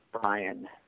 Brian